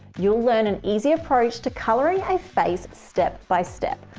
you'll learn an easy approach to coloring a face step by step.